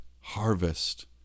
harvest